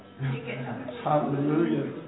Hallelujah